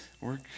work